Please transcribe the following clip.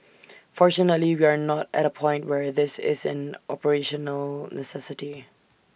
fortunately we are not at A point where this is an operational necessity